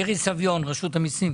בבקשה, מירי סביון, רשות המסים.